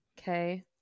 Okay